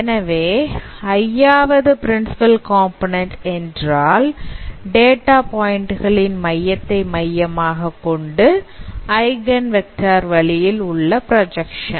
எனவே i ஆவது principal component என்றால் டேட்டா பாயிண்ட் களின் மையத்தை மையமாக கொண்ட ஐகன்வெக்டார் வழியில் உள்ள பிராஜக்சன்